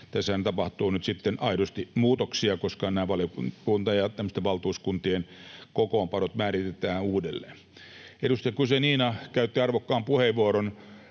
Tässähän tapahtuu nyt sitten aidosti muutoksia, koska valiokuntien ja valtuuskuntien kokoonpanot määritetään uudelleen. Edustaja Guzenina käytti arvokkaan puheenvuoron